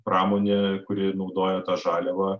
pramonė kuri naudoja tą žaliavą